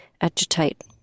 agitate